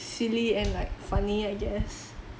silly and like funny I guess